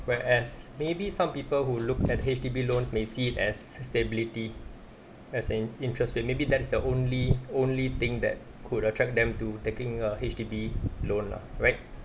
whereas maybe some people who looked at H_D_B loan may see it as stability as in interest rate maybe that's the only only thing that could attract them to taking a H_D_B loan lah right